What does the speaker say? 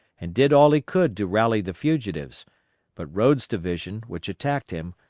and did all he could to rally the fugitives but rodes' division, which attacked him,